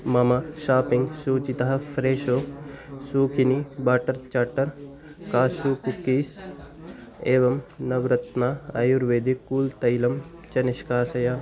मम शाप्पिङ्ग् शूचितः Fresho zucchini butter चाट्टर् कासू कुक्कीस् एवं नव्रत्न आयुर्वेदिकं कूल् तैलं च निष्कासय